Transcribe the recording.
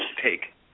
take